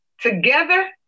Together